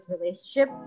relationship